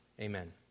Amen